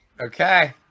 Okay